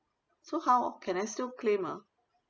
so how can I still claim ah